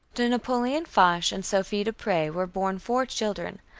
to napoleon foch and sophie dupre were born four children,